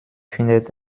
findet